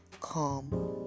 calm